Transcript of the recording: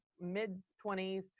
mid-20s